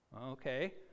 Okay